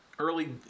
Early